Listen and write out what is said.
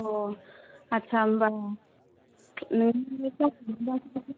अ' आथसा होमबा नों